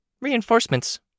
Reinforcements